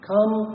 Come